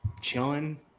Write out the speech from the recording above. chilling